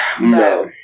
No